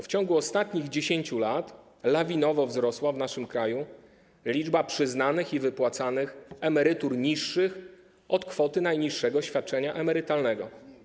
W ciągu ostatnich 10 lat lawinowo wzrosła w naszym kraju liczba przyznanych i wypłacanych emerytur niższych od kwoty najniższego świadczenia emerytalnego.